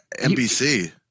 NBC